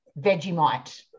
Vegemite